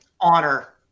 honor